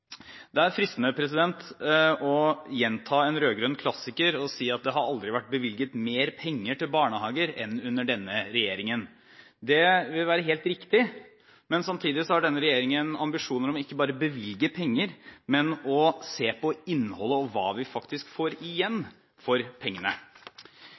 Det er fristende å gjenta en rød-grønn klassiker og si at det har aldri vært bevilget mer penger til barnehager enn under denne regjeringen. Det vil være helt riktig, men samtidig har denne regjeringen ambisjoner om ikke bare å bevilge penger, men å se på innholdet og hva vi faktisk får